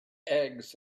eggs